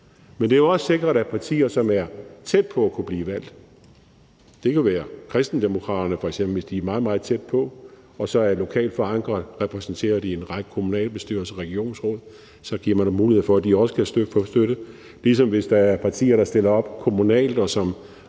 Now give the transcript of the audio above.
Men man sikrer også partier, som er tæt på at kunne blive valgt – det kunne f.eks. være Kristendemokraterne – og som er lokalt forankret og repræsenteret i en række kommunalbestyrelser og regionsråd. Så giver man mulighed for, at de også kan få støtte, ligesom partier, der stiller op kommunalt, og som